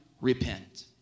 repent